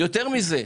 יותר מזה,